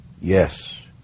yes